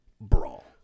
Brawl